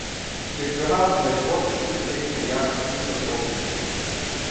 kiekvienam laikotarpiui reikia jam skirto popiežiaus